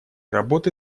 работы